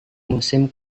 musim